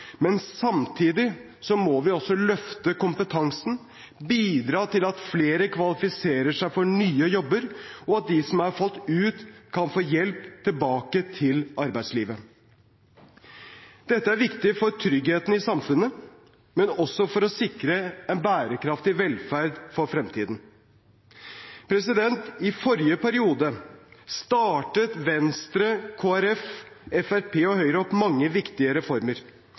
Men samtidig må vi også løfte kompetansen, bidra til at flere kvalifiserer seg for nye jobber, og at de som har falt ut, kan få hjelp tilbake til arbeidslivet. Dette er viktig for tryggheten i samfunnet, men også for å sikre en bærekraftig velferd for fremtiden. I forrige periode startet Venstre, Kristelig Folkeparti, Fremskrittspartiet og Høyre opp mange viktige reformer.